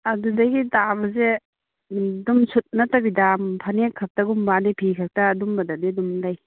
ꯑꯗꯨꯗꯒꯤ ꯇꯥꯕꯁꯦ ꯑꯗꯨꯝ ꯁꯨꯠ ꯅꯠꯇꯕꯤꯗ ꯐꯅꯦꯛ ꯈꯛꯇꯒꯨꯝꯕ ꯑꯗꯨꯗꯒꯤ ꯐꯤ ꯈꯛꯇ ꯑꯗꯨꯒꯨꯝꯕꯗꯗꯤ ꯑꯗꯨꯝ ꯂꯩ